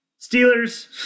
Steelers